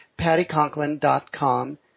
pattyconklin.com